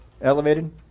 elevated